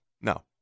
No